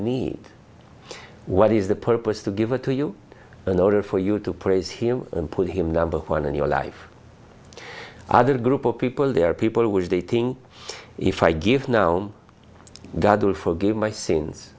need what is the purpose to give it to you in order for you to praise him and put him number one in your life other group of people there are people who is dating if i give gnome god will forgive my